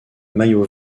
maillot